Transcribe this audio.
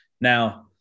Now